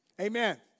Amen